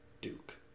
Duke